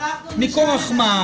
מכורח מה?